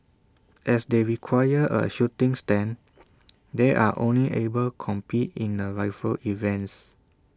as they require A shooting stand they are only able compete in the rifle events